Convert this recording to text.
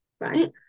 right